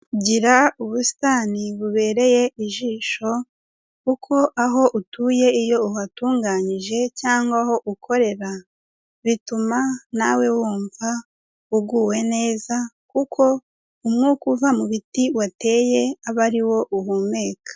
Gira ubusitani bubereye ijisho, kuko aho utuye iyo uhatunganyije cyangwa aho ukorera, bituma nawe wumva uguwe neza, kuko umwuka uva mu biti wateye aba ari wo uhumeka.